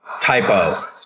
typo